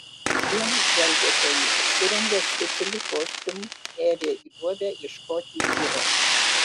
vienas gelbėtojų apsirengęs specialiu kostiumu nėrė į duobę ieškoti vyro